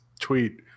tweet